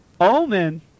Omen